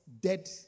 dead